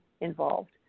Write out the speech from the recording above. involved